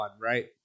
right